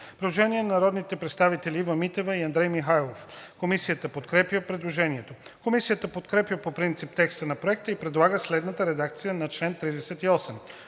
Предложение на народните представители Ива Митева и Андрей Михайлов. Комисията подкрепя предложението. Комисията подкрепя по принцип текста на Проекта и предлага следната редакция на чл. 38: